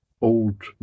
Old